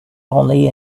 only